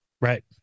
Right